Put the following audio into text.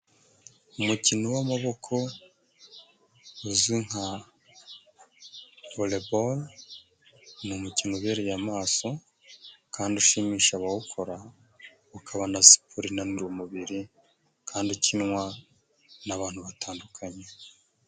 Umukino w'amaboko uzwi nka voreboro, ni umukino ubereye amaso kandi ushimisha abawukora, ukaba na siporo inanura umubiri kandi ukinwa n'abantu batandukanye.